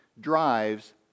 drives